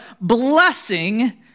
blessing